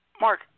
Mark